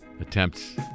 attempts